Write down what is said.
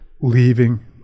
leaving